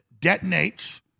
detonates